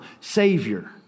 savior